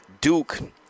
Duke